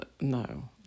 No